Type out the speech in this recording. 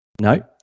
No